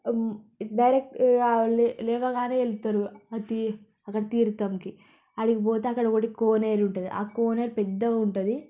direct ఇక లే లేవగానే వెళతారు తీ అక్కడ తీర్థంకి ఆడికి పోతే అక్కడ ఒకటి కోనేరు ఉంటుంది ఆ కోనేరు పెద్దగా ఉంటుంది